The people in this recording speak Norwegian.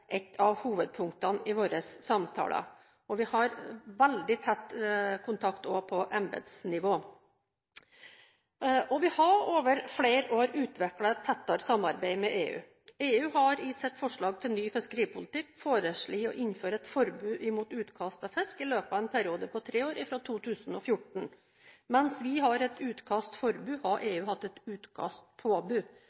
et av hovedpunktene i våre samtaler. Vi har også veldig tett kontakt på embetsnivå. Vi har over flere år utviklet et tettere samarbeid med EU. EU har i sitt forslag til ny fiskeripolitikk foreslått å innføre et forbud mot utkast av fisk i løpet av en periode på tre år fra 2014. Mens vi har et utkastforbud, har